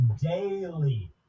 daily